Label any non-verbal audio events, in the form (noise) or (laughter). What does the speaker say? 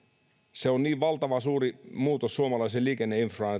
se on niin valtavan suuri muutos suomalaiseen liikenneinfraan (unintelligible)